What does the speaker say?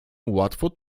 łatwo